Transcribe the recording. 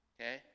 okay